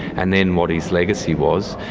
and then what his legacy was.